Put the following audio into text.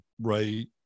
right